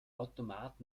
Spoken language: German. automat